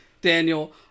Daniel